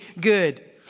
good